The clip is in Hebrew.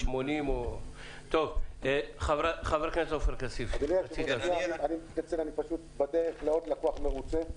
אני מתנצל, אני פשוט צריך לצאת.